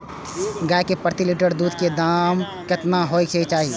गाय के प्रति लीटर दूध के दाम केतना होय के चाही?